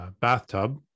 bathtub